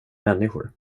människor